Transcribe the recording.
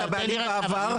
את הבעלים בעבר,